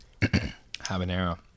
habanero